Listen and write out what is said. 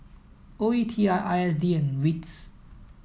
O E T I I S D and WITS